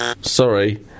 Sorry